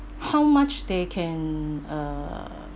how much they can uh